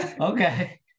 Okay